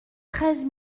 treize